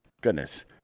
goodness